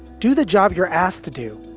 do the job you're asked to do,